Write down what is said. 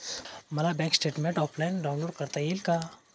मला bank statement offline download करता येईल का?